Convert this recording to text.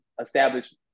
establish